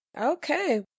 Okay